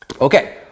Okay